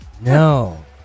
No